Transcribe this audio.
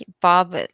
Bob